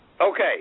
Okay